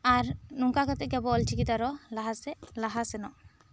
ᱟᱨ ᱱᱚᱝᱠᱟ ᱠᱟᱛᱮ ᱜᱮ ᱟᱵᱚ ᱚᱞ ᱪᱤᱠᱤ ᱫᱚ ᱟᱨᱚ ᱞᱟᱦᱟᱸ ᱥᱮᱫ ᱞᱟᱦᱟᱸ ᱥᱮᱱᱚᱜ